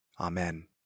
Amen